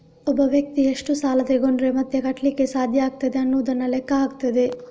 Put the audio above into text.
ಒಬ್ಬ ವ್ಯಕ್ತಿ ಎಷ್ಟು ಸಾಲ ತಗೊಂಡ್ರೆ ಮತ್ತೆ ಕಟ್ಲಿಕ್ಕೆ ಸಾಧ್ಯ ಆಗ್ತದೆ ಅನ್ನುದನ್ನ ಲೆಕ್ಕ ಹಾಕ್ತದೆ